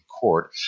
court